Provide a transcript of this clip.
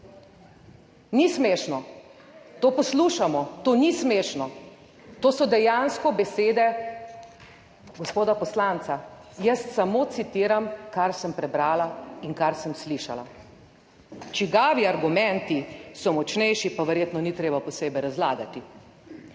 Ni smešno, to poslušamo, to ni smešno. To so dejansko besede gospoda poslanca, jaz samo citiram, kar sem prebrala in kar sem slišala. Čigavi argumenti so močnejši, pa verjetno ni treba posebej razlagati.